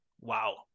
wow